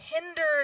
Hinders